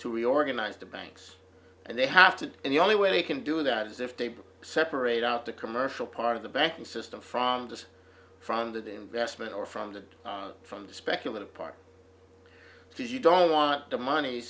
to reorganize the banks and they have to and the only way they can do that is if they separate out the commercial part of the banking system from the from that investment or from the from the speculative part because you don't want the mon